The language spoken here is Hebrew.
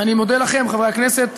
אני מודה לכם, חברי הכנסת.